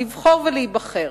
לבחור ולהיבחר,